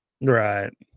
right